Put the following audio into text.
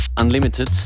Unlimited